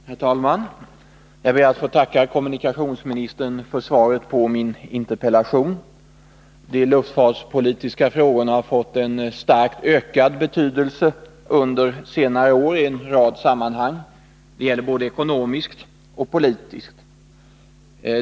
Herr talman! Jag ber att få tacka kommunikationsministern för svaret på min interpellation. De luftfartspolitiska frågorna har fått en starkt ökad betydelse under senare år i en rad sammanhang. Det gäller både ekonomiskt och politiskt.